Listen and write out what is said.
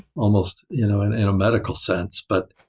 almost you know and in a medical sense. but